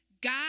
God